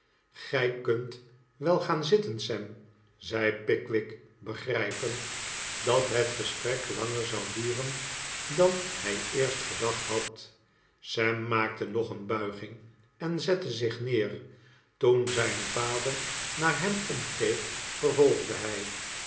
gij kunt wel gaan zitten sam zei pickwick begrijpend dat het gesprek langer zou duren dan hij eerst gedacht had sam maakte nog een bulging en zette zich neer toen zijn vader naar hem omkeek vervolgde hij